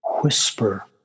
whisper